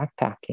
backpacking